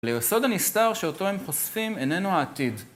ליסוד הנסתר שאותו הם חושפים, איננו העתיד.